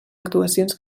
actuacions